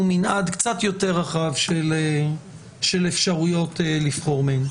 מנעד קצת יותר רחב של אפשרויות לבחור מהן,